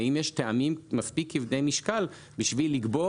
האם יש טעמים מספיק כבדי משקל בשביל לגבור